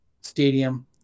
stadium